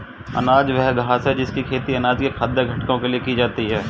अनाज वह घास है जिसकी खेती अनाज के खाद्य घटकों के लिए की जाती है